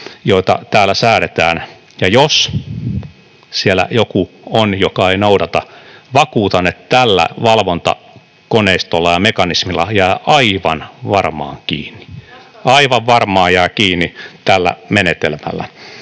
jota täällä säädetään. Ja jos siellä joku on, joka ei noudata, vakuutan, että tällä valvontakoneistolla ja -mekanismilla jää aivan varmaan kiinni, aivan varmaan jää kiinni tällä menetelmällä